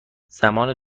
زمان